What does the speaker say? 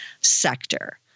sector